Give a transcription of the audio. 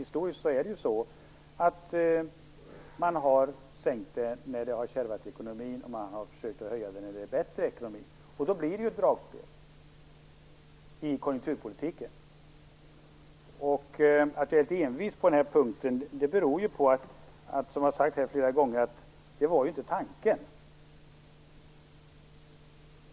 Historiskt sett har man sänkt biståndet när ekonomin har kärvat och försökt höja det när ekonomin blir bättre. Då blir det ett dragspel i konjunkturpolitiken. Att jag är litet envis på den här punkten beror på att det inte var tanken, vilket jag har sagt flera gånger.